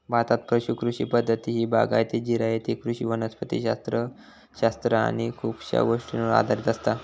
भारतात पुश कृषी पद्धती ही बागायती, जिरायती कृषी वनस्पति शास्त्र शास्त्र आणि खुपशा गोष्टींवर आधारित असता